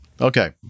Okay